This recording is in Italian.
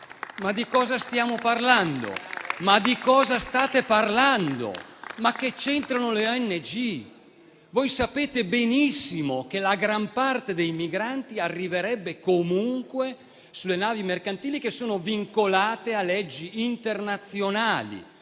Ma di che cosa stiamo parlando? Ma di cosa state parlando? Che cosa c'entrano le ONG? Sapete benissimo che la gran parte dei migranti arriverebbe comunque sulle navi mercantili che sono vincolate a leggi internazionali,